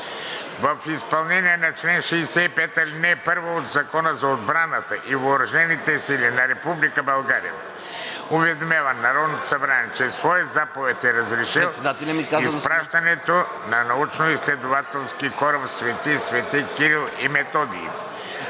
в изпълнение на чл. 65, ал. 1 от Закона за отбраната и въоръжените сили на Република България, уведомява Народното събрание, че със своя заповед е разрешил изпращането на научноизследователски кораб „Св. св. Кирил и Методий“